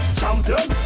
champion